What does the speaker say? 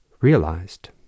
realized